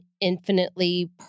infinitely